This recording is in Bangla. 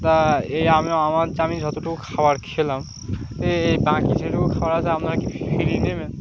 তা এই আমি আমার জানি যতটুকু খাবার খেলাম এই বাকি যেটুকু খাবার আছে আপনারা কি ফিরি নেবেন